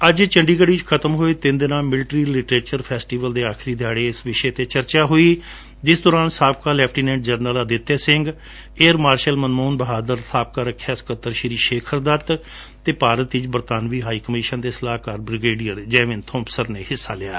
ਅੱਜ ਚੰਡੀਗੜ ਵਿਚ ਖਤਮ ਹੋਏ ਤਿੰਨ ਦਿਨਾਂ ਮਿਲੀਟਰੀ ਲਿਟਰੇਚਰ ਫੈਸਟੀਵਲ ਦੇ ਆਖਰੀ ਦਿਹਾੜੇ ਇਸ ਵਿਸ਼ੇ ਤੇ ਚਰਚਾ ਹੋਈ ਜਿਸ ਦੌਰਾਨ ਸਾਬਕਾ lieutenant general Aditya Singh air marshal Manmohan Bahadur ਸਾਬਕਾ ਰੱਖਿਆ ਸਕੱਤਰ ਸ਼ੀ ਸ਼ੇਖਰ ਦੱਤ ਅਤੇ ਭਾਰਤ ਵਿਚ ਬਰਤਾਨਵੀ ਹਾਈ ਕਮਿਸ਼ਨ ਦੇ ਸਲਾਹਕਾਰ ਬ੍ਰਿਗੇਡੀਅਰ ਜੈਵਿਨ ਬੋਮਸਨ ਨੇ ਹਿੱਸਾ ਲਿਆ